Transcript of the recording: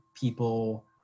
people